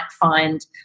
find